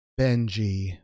benji